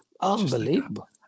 unbelievable